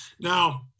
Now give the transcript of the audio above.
Now